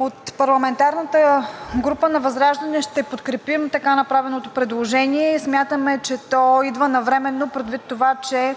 От парламентарната група на ВЪЗРАЖДАНЕ ще подкрепим така направеното предложение. Смятаме, че то идва навременно, предвид това, че